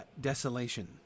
desolation